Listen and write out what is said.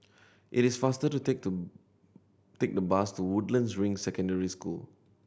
it is faster to take to take the bus to Woodlands Ring Secondary School